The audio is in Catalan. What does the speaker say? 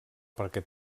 perquè